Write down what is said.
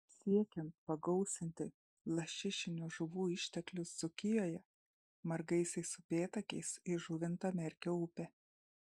siekiant pagausinti lašišinių žuvų išteklius dzūkijoje margaisiais upėtakiais įžuvinta merkio upė